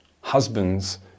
husbands